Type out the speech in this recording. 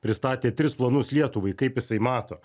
pristatė tris planus lietuvai kaip jisai mato